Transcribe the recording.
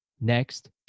Next